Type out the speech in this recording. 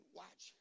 watch